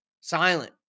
silent